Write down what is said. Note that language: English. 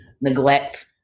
neglect